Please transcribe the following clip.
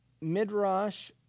Midrash